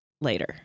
later